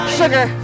sugar